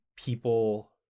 people